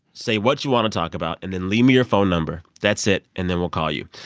say what you want to talk about. and then leave me your phone number. that's it, and then we'll call you.